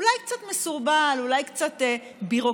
אולי קצת מסורבל ואולי קצת "ביורוקרטי",